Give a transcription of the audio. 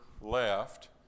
left